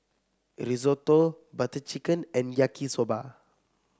Risotto Butter Chicken and Yaki Soba